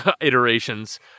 iterations